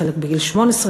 חלק בגיל 18,